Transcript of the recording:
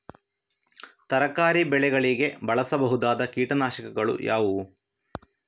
ತರಕಾರಿ ಬೆಳೆಗಳಿಗೆ ಬಳಸಬಹುದಾದ ಕೀಟನಾಶಕಗಳು ಯಾವುವು?